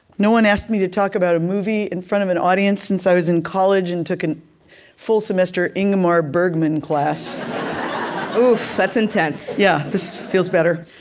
no one asked me to talk about a movie in front of an audience since i was in college and took a full-semester ingmar bergman class oof, that's intense yeah this feels better.